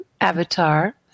avatar